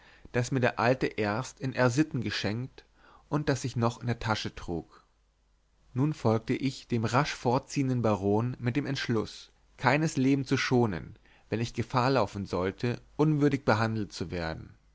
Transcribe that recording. das mir der alte erst in r sitten geschenkt und das ich noch in der tasche trug nun folgte ich dem mich rasch fortziehenden baron mit dem entschluß keines leben zu schonen wenn ich gefahr laufen sollte unwürdig behandelt zu werden